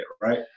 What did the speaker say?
Right